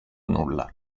nulla